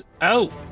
out